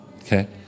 Okay